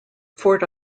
fort